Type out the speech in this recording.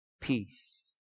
peace